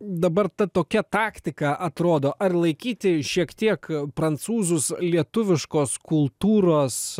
dabar tad tokia taktika atrodo ar laikyti šiek tiek prancūzus lietuviškos kultūros